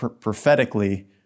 prophetically